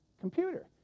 computer